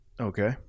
Okay